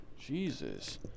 Jesus